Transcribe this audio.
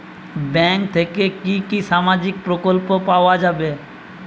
Bank থেকে কি কি সামাজিক প্রকল্প পাওয়া যাবে?